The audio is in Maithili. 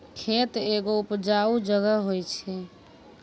खेत एगो उपजाऊ जगह होय छै